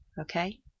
Okay